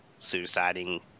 suiciding